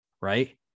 right